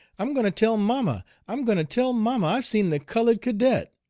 i'm going to tell mamma. i'm going to tell mamma i've seen the colored cadet.